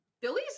Billy's